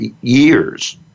years